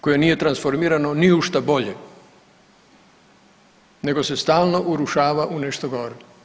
Koje nije transformirano ni u šta bolje nego se stalno urušava u nešto gore.